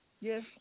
Yes